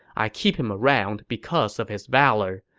i keep him around because of his valor,